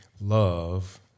love